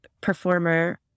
performer